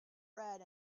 red